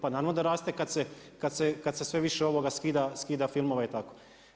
Pa naravno da raste kada se sve više skida filmova i tako.